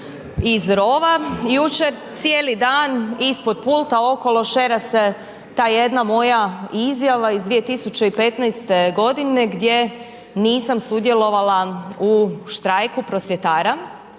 iz rova. Jučer cijeli dan ispod pulta okolo šera se ta jedna moja izjava iz 2015. godine gdje nisam sudjelovala u štrajku prosvjetara